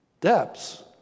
depths